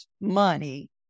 money